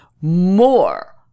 more